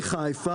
מחיפה.